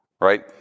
right